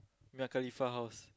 Mia-Khalifah house